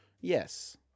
Yes